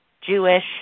Jewish